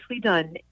done